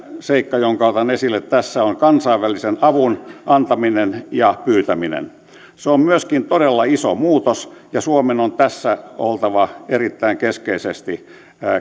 seikka jonka otan esille tässä on kansainvälisen avun antaminen ja pyytäminen se on myöskin todella iso muutos ja suomen on tässä oltava erittäin keskeisesti